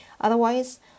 Otherwise